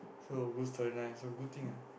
so good storyline so good thing ah